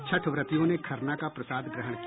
छठ व्रतियों ने खरना का प्रसाद ग्रहण किया